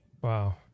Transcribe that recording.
Wow